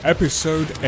Episode